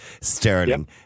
sterling